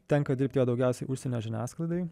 tenka dirbti jo daugiausiai užsienio žiniasklaidai